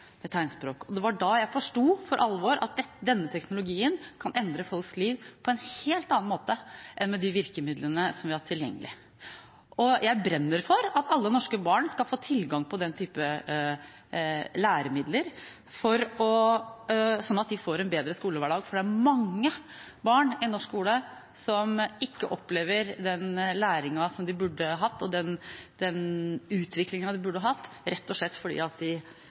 tegnspråk. Det var da jeg forsto for alvor at denne teknologien kan endre folks liv på en helt annen måte enn med de virkemidlene som vi har hatt tilgjengelig. Jeg brenner for at alle norske barn skal få tilgang på den type læremidler slik at de får en bedre skolehverdag, for det er mange barn i norsk skole som ikke opplever den læringen som de burde hatt, og den utviklingen de burde hatt, rett og slett fordi de